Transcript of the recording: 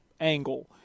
angle